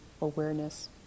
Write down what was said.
awareness